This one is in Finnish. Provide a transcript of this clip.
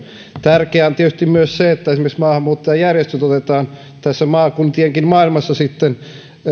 tärkeää on tietysti myös se että esimerkiksi maahanmuuttajajärjestöt otetaan maakuntienkin maailmassa